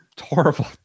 horrible